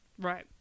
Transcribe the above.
right